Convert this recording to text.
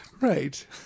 Right